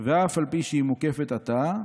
ואע"פ שהיא מוקפת עתה,